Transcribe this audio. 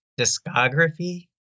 discography